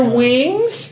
wings